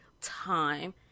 time